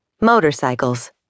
motorcycles